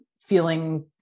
feeling